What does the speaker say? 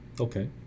okay